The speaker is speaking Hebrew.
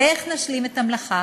ואיך נשלים את המלאכה?